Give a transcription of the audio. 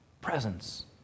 presence